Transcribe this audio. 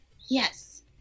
yes